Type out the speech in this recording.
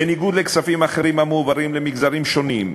בניגוד לכספים אחרים המועברים למגזרים שונים,